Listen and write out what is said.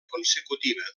consecutiva